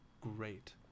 great